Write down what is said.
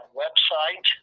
website